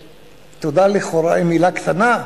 "תודה" היא לכאורה מלה קטנה,